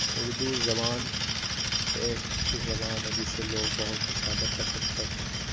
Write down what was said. اردو زبان ایک اچھی زبان ہے جسے لوگ بہت ہی زیادہ پسند کرتے ہیں